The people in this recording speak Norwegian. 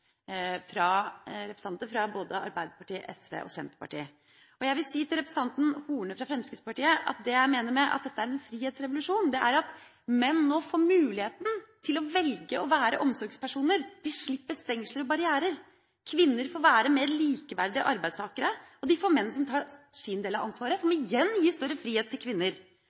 fra representanter fra både Arbeiderpartiet, SV og Senterpartiet. Jeg vil si til representanten Horne fra Fremskrittspartiet at det jeg mener med at dette er en frihetsrevolusjon, er at menn nå får muligheten til å velge å være omsorgspersoner. De slipper stengsler og barrierer. Kvinner får være mer likeverdige arbeidstakere, og de får menn som tar sin del av ansvaret, som igjen gir større frihet til kvinner.